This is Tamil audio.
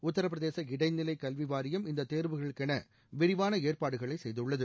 உத்தரப்பிரதேச இடைநிலை கல்வி வாரியம் இந்த தேர்வுகளுக்கென விரிவான ஏற்பாடுகளை செய்துள்ளது